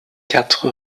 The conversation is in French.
quatre